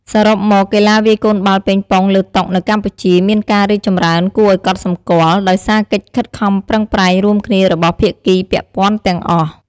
សរុបមក កីឡាវាយកូនបាល់ប៉េងប៉ុងលើតុនៅកម្ពុជាមានការរីកចម្រើនគួរឱ្យកត់សម្គាល់ ដោយសារកិច្ចខិតខំប្រឹងប្រែងរួមគ្នារបស់ភាគីពាក់ព័ន្ធទាំងអស់។